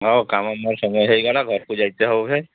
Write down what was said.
ହେଉ କାମ ମୋର ସବୁ ହୋଇଗଲା ଘରକୁ ଯାଇତେ ହେଉ ହେ